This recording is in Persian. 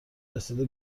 رسیده